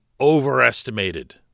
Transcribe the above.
overestimated